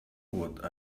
what